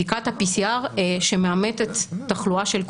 בדיקת ה-PCR שמאמתת תחלואה של קורונה,